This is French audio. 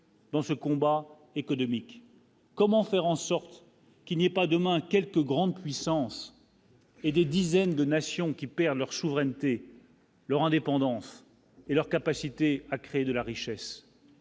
Dans ce combat économique : comment faire en sorte qu'il n'est pas demain quelques grandes puissances et des dizaines de nations qui perdent leur souveraineté. Leur indépendance et leur capacité à créer de la richesse,